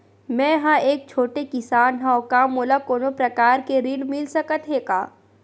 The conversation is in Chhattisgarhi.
मै ह एक छोटे किसान हंव का मोला कोनो प्रकार के ऋण मिल सकत हे का?